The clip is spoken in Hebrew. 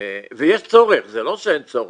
ויש צורך, זה לא שאין צורך.